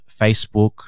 Facebook